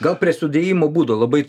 gal prie sudėjimo būdo labai